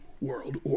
World